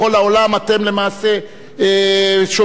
אתם למעשה שולטים בעולם.